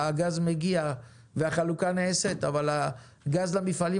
הגז מגיע והחלוקה נעשית אבל הגז למפעלים